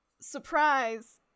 Surprise